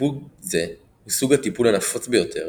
- טיפול זה הוא סוג הטיפול הנפוץ ביותר